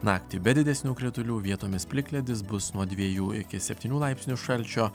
naktį be didesnių kritulių vietomis plikledis bus nuo dviejų iki septynių laipsnių šalčio